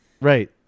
right